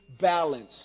balance